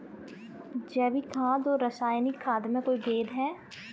जैविक खाद और रासायनिक खाद में कोई भेद है?